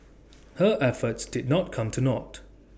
her efforts did not come to naught